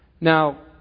Now